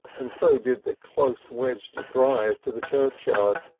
and so did the close-wedged drive to the churchyard,